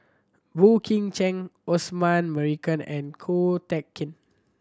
Boey Kim Cheng Osman Merican and Ko Teck Kin